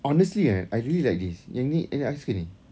honestly eh I really like this yang ni eh I suka ni